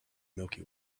milky